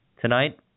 Tonight